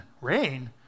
rain